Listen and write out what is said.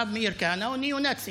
הרב מאיר כהנא הוא ניאו-נאצי.